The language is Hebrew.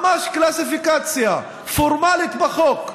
ממש קלסיפיקציה פורמלית בחוק.